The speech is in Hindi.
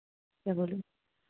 क्या बोलूँ